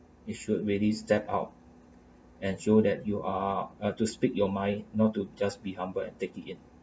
we should really step out and show that you are uh to speak your mind not to just be humble and taking it